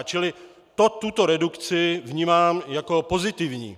Čili tuto redukci vnímám jako pozitivní.